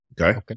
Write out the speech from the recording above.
Okay